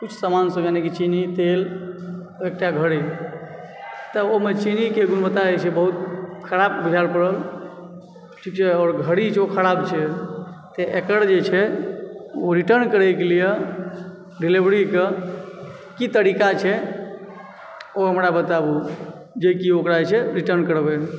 कुछ सामानसभ यानिकि चीनी तेल एकटा घड़ी तऽ ओहिमे चीनी के गुणवत्ता जे छै बहुत खराब बुझा पड़ल ठीक छै आओर घड़ी जे छै ओ खराब छै तऽ एकर जे छै ओ रिटर्न करयके लिअ डिलिवरीकऽ की तरीका छै ओ हमरा बताबु जेकि ओकरा जे छै रिटर्न करबए